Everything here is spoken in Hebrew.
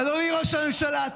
אדוני ראש הממשלה,